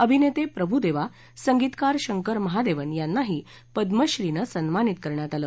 अभिनेते प्रभुदेवा संगीतकार शंकर महादेवन् यांनाही पद्मश्रीने सन्मानित करण्यात आलं